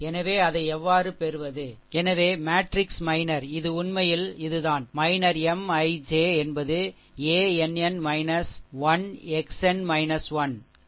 எனவே அதை எவ்வாறு பெறுவது எனவே மேட்ரிக்ஸ் மைனர் இது உண்மையில் இதுதான் மைனர் M ij என்பது ann 1 x n - 1 matrix determinant ஆகும்